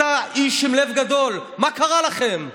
אתה איש עם לב גדול, מה קרה לכם?